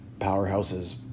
powerhouses